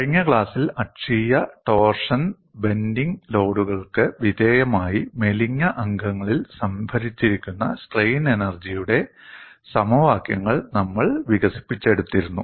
കഴിഞ്ഞ ക്ലാസ്സിൽ അക്ഷീയ ആക്സിയൽ ടോർഷൻ പിരിക്കൽ ഊർജ്ജം ബെൻഡിങ് ലോഡുകൾക്ക് ഒടിയൽ ഭാരം വിധേയമായി മെലിഞ്ഞ അംഗങ്ങളിൽ സംഭരിച്ചിരിക്കുന്ന സ്ട്രെയിൻ എനർജിയുടെ ആയാസ ഊർജ്ജം സമവാക്യങ്ങൾ നമ്മൾ വികസിപ്പിച്ചെടുത്തിരുന്നു